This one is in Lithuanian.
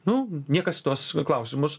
nu niekas į tuos klausimus